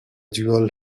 dual